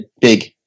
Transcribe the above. big